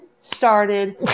started